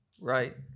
right